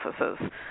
offices